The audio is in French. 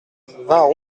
vingt